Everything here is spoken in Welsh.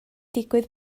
digwydd